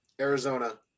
Arizona